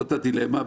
זאת הדילמה,